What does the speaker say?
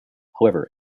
however